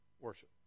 worship